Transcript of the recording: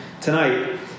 tonight